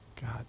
God